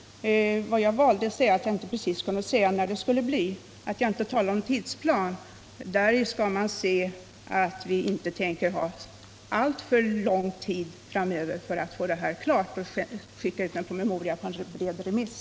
Jag valde att säga att jag inte kunde tala om exakt när arbetet skulle bli klart. Och i det faktum att jag inte talar om någon tidsplan skall man se att vi inte tänker ta alltför lång tid på oss för att få det här klart och kunna skicka ut en promemoria på bred remiss.